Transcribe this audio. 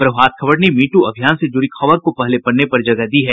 प्रभात खबर ने me too अभियान से जुड़ी खबर को पहले पन्ने पर जगह दी है